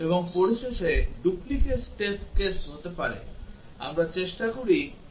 এবং পরিশেষে duplicate test case হতে পারে আমরা চেষ্টা করি সংখ্যাটা একটু কমিয়ে আনতে